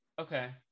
Okay